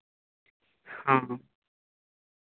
ᱦᱚᱸ